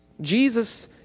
Jesus